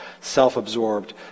self-absorbed